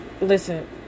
listen